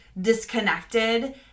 disconnected